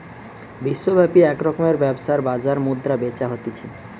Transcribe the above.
বিশ্বব্যাপী এক রকমের ব্যবসার বাজার মুদ্রা বেচা হতিছে